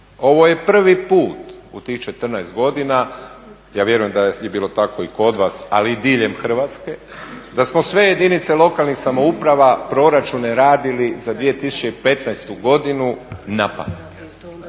ovo je prvi put u tih 14 godina, ja vjerujem da je bilo tako i kod vas, ali i diljem Hrvatske, da smo sve jedinice lokalnih samouprava proračune radili za 2015. godinu napamet.